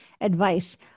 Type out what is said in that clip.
advice